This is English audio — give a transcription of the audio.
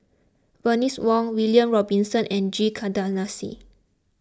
Bernice Wong William Robinson and G Kandasamy